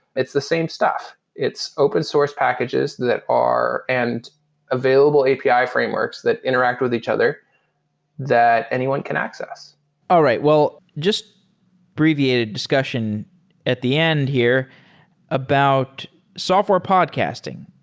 it's the same stuff. it's open source packages that are and available api frameworks that interact with each other that anyone can access all right. well, just abbreviated discussion at the end here about software podcasting.